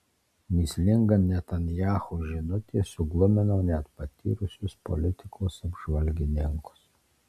mįslinga netanyahu žinutė suglumino net patyrusius politikos apžvalgininkus